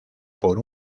por